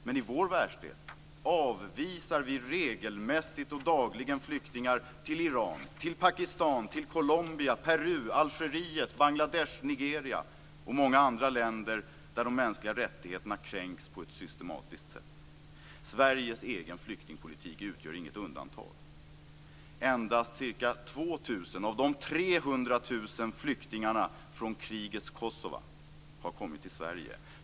Men i vår världsdel avvisar vi regelmässigt och dagligen flyktingar till Iran, Pakistan, Colombia, Peru, Algeriet, Bangladesh, Nigeria och många andra länder där de mänskliga rättigheterna kränks på ett systematiskt sätt. Sveriges egen flyktingpolitik utgör inget undantag. Endast ca 2 000 av 300 000 flyktingar från krigets Kosova har kommit till Sverige.